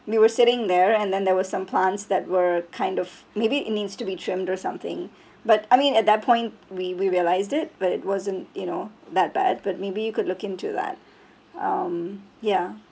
we were sitting there and then there was some plants that were kind of maybe it needs to be trimmed or something but I mean at that point we we realized it but it wasn't you know that bad but maybe you could look into that um ya